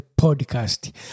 podcast